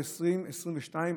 ב-2022,